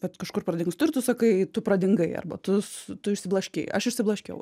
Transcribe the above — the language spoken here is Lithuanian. vat kažkur pradingstu ir tu sakai tu pradingai arba tu s tu išsiblaškei aš išsiblaškiau